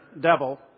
devil